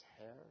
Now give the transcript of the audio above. hair